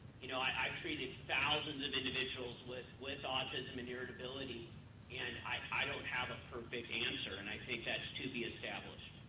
you know, i i treated thousands of individuals with with autism and irritability and i don't have a perfect answer and i think that's to be established.